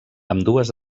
ambdues